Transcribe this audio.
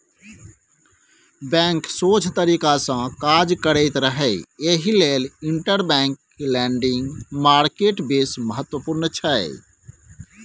bank सोझ तरीकासँ काज करैत रहय एहि लेल इंटरबैंक लेंडिंग मार्केट बेस महत्वपूर्ण छै